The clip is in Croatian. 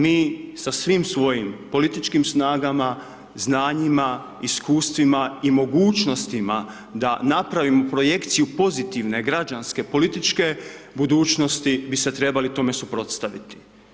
Mi sa svim svojim političkim snagama, znanjima, iskustvima i mogućnostima da napravimo projekciju pozitivne građanske, političke budućnosti bi se trebali tome suprotstaviti.